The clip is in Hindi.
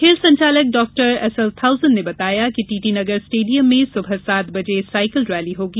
खेल संचालक डॉ एसएल थाउसेन ने बताया है कि टीटी नगर स्टेडियम में सुबह सात बजे साईकिल रैली होंगी